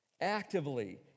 actively